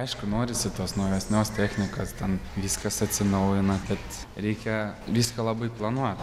aišku norisi tos naujesnios technikos ten viskas atsinaujina tad reikia viską labai planuot